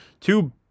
two